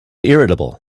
irritable